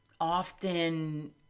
often